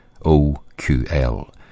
OQL